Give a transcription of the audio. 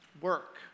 work